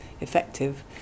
effective